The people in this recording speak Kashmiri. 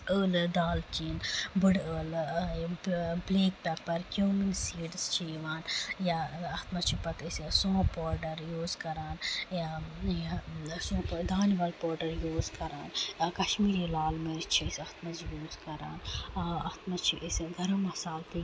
ٲلہٕ دالچیٖن بٔڑٕ ٲلہٕ بِلیک پیٚپَر کُمِن سیٖڈٕس چھِ یِوان یا اَتھ منٛز چھِ پَتہٕ أسۍ صوف پوڈَر یوٗز کران یا یہِ صوف دانِول پوڈر یوٗز کران کَشمیٖری لال مِرِچ چھِ أسۍ اَتھ منٛز یوٗز کران آ اَتھ منٛز چھِ أسۍ گرم مَصالہٕ